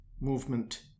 movement